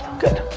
good.